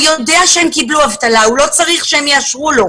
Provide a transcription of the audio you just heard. והוא יודע שהם קיבלו אבטלה הוא לא צריך שהם יאשרו לה,